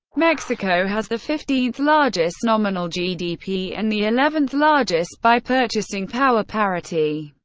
mexico has the fifteenth largest nominal gdp and the eleventh largest by purchasing power parity.